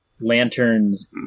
lanterns